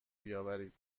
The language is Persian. بیاورید